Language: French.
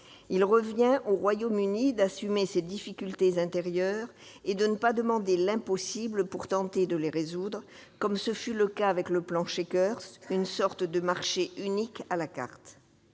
Il revient au Royaume-Uni d'assumer ses difficultés intérieures et de ne pas demander l'impossible pour tenter de les résoudre, comme ce fut le cas avec le plan de Chequers, une sorte de marché unique à la carte.